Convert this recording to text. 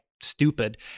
stupid